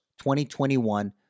2021